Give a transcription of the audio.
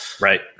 Right